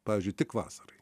pavyzdžiui tik vasarai